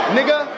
Nigga